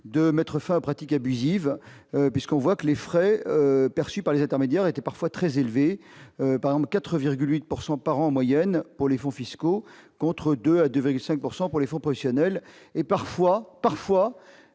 de mettre fin, pratiquer veut puisqu'on voit que les frais perçus par les intermédiaires étaient parfois très élevés par 4,8 pourcent par an en moyenne pour les fonds fiscaux, contre 2 devrait et 5 pourcent pour les faux professionnels et, parfois, parfois,